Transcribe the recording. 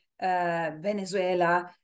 Venezuela